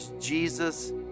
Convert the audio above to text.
Jesus